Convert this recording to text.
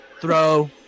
Throw